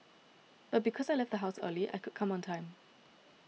but because I left the house early I could come on time